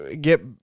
get